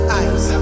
eyes